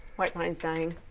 white pines dying.